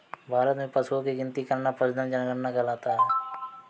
भारत में पशुओं की गिनती करना पशुधन जनगणना कहलाता है